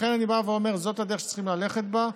לכן אני בא ואומר: זאת הדרך שצריכים ללכת בה,